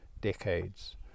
decades